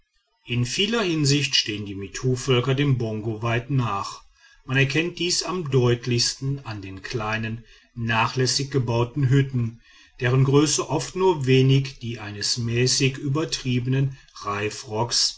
in vieler hinsicht stehen die mittuvölker den bongo weit nach man erkennt dies am deutlichsten an den kleinen nachlässig gebauten hütten deren größe oft nur wenig die eines mäßig übertriebenen reifrocks